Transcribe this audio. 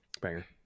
banger